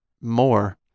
more